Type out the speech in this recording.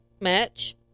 match